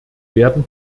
werden